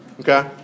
Okay